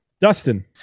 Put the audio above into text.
Dustin